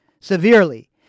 severely